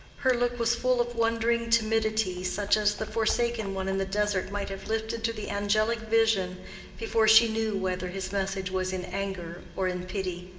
her look was full of wondering timidity such as the forsaken one in the desert might have lifted to the angelic vision before she knew whether his message was in anger or in pity.